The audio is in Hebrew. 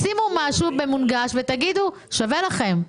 שימו משהו במונגש ותגידו: שווה לכם,